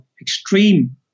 extreme